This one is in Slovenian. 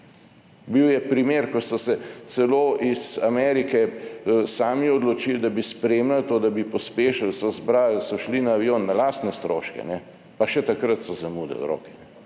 Bil je primer, ko so se celo iz Amerike sami odločili, da bi spremljali to, da bi pospešili, so zbrali, so šli na avion na lastne stroške, pa še takrat so zamudili roke.